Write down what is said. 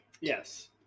Yes